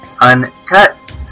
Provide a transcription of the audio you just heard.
uncut